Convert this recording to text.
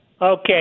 Okay